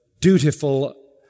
dutiful